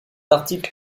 article